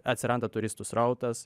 atsiranda turistų srautas